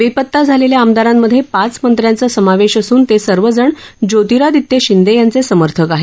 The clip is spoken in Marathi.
बेपता झालेल्या आमदारांमध्ये पाच मंत्र्यांचा समावेश असून ते सर्वजण ज्योतिरादित्य शिंदे यांचे समर्थक आहेत